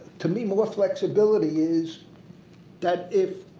to me more flexibility is that if